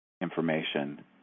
information